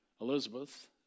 Elizabeth